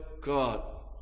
God